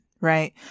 Right